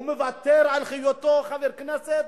הוא מוותר על היותו חבר כנסת,